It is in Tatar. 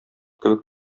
кебек